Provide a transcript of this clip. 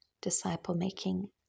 disciple-making